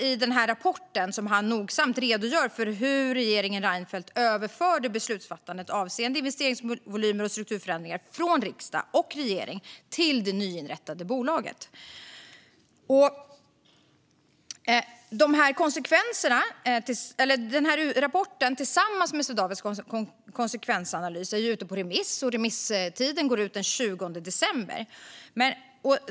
I rapporten redogör han nogsamt för hur regeringen Reinfeldt överförde beslutsfattandet avseende investeringsvolymer och strukturförändringar från riksdag och regering till det nyinrättade bolaget. Rapporten tillsammans med Swedavias konsekvensanalys är ute på remiss, och remisstiden går ut den 20 december.